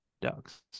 ducks